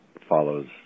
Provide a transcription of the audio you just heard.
follows